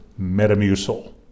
Metamucil